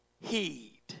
heed